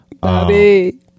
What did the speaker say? Bobby